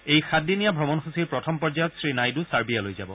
এই সাতদিনীয়া ভ্ৰমণসূচীৰ প্ৰথম পৰ্যায়ত শ্ৰী নাইডু ছাৰ্বিয়ালৈ যাব